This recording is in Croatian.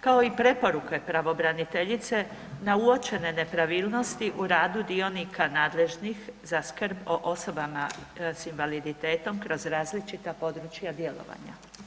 kao i preporuke pravobraniteljice na uočene nepravilnosti u dionika nadležnih za skrb o osobama s invaliditetom kroz različita područja djelovanja.